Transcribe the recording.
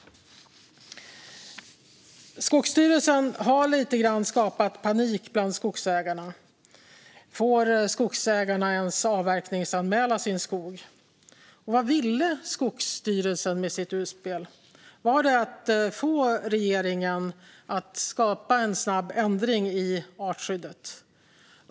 Skogsstyrelsen har lite grann skapat panik bland skogsägarna. Får skogsägarna ens avverkningsanmäla sin skog? Vad ville Skogsstyrelsen med sitt utspel? Var det att få regeringen att skapa en snabb ändring i artskyddet?